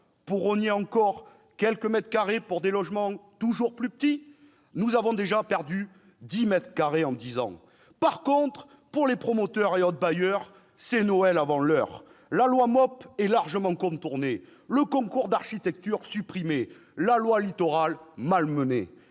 Pour rogner quelques mètres carrés pour des logements toujours plus petits ? Nous avons déjà perdu dix mètres carrés en dix ans. Par contre, pour les promoteurs et autres bailleurs, c'est Noël avant l'heure. La loi MOP est largement contournée, le concours d'architecture supprimé, la loi Littoral malmenée.